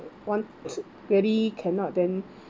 one really cannot then